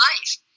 life